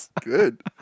Good